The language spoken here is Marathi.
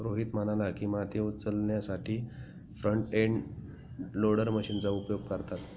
रोहित म्हणाला की, माती उचलण्यासाठी फ्रंट एंड लोडर मशीनचा उपयोग करतात